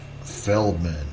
Feldman